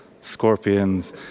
Scorpions